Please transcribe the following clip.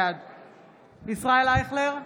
בעד ישראל אייכלר,